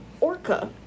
Orca